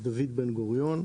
גוריון.